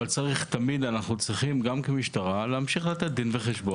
אבל אנחנו כמשטרה גם צריכים בסוף לתת דין וחשבון.